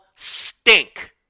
stink